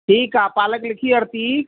ठीकु आहे पालक लिखी वरिती